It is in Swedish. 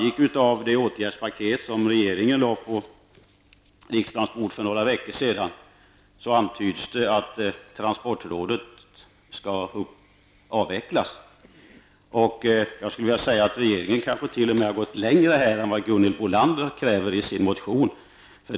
I det åtgärdspaket som regeringen lade på riksdagens bord för några veckor sedan antyds att transportrådet skall avvecklas. Regeringen har kanske t.o.m. gått längre än vad Gunhild Bolander kräver i sin motion.